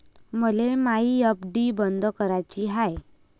मले मायी एफ.डी बंद कराची हाय